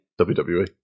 WWE